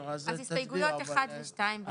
אז הסתייגויות 1 ו-2 --- בסדר, אז תצביע.